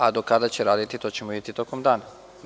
A do kada će raditi to ćemo videti tokom dana.